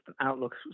outlook